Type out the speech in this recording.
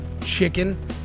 chicken